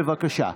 בבקשה.